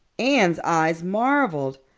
anne's eyes marveled.